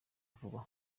vuba